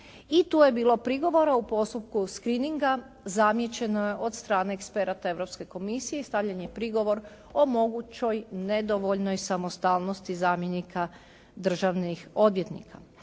i tu je bilo prigovora u postupku screeninga, zamijećeno je od strane eksperata Europske komisije i stavljen je prigovor o mogućoj nedovoljnoj samostalnosti zamjenika državnih odvjetnika.